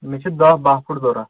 مےٚ چھِ دَہ بَہہ فُٹ ضوٚرَتھ